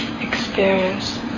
experience